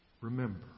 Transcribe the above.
remember